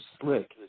slick